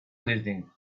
listening